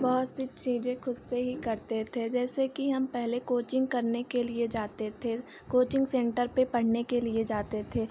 बहुत सी चीज़ें खुद से ही करते थे जैसे कि हम पहले कोचिंग करने के लिए जाते थे कोचिंग सेन्टर पर पढ़ने के लिए जाते थे